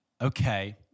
Okay